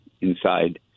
inside